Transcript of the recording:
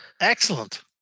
Excellent